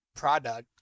product